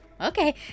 okay